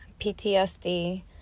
PTSD